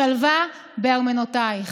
שלוָה בארמנותיִך".